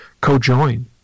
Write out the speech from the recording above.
co-join